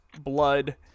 blood